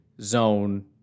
zone